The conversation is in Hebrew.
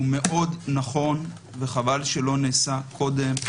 הוא מאוד נכון וחבל שלא נעשה קודם.